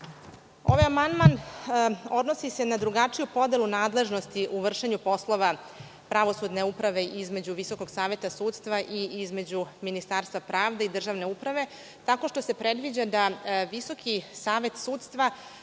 Ovaj amandman se odnosi na drugačiju podelu nadležnosti u vršenju poslova pravosudne uprave između Visokog saveta sudstva i između Ministarstva pravde i državne uprave, tako što se predviđa da Visoki savet sudstva